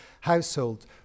household